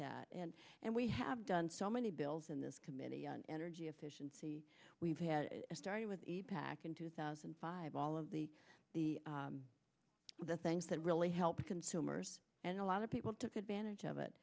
that and and we have done so many bills in this committee on energy efficiency we've had started with a pack in two thousand and five all of the the the things that really help consumers and a lot of people took advantage of it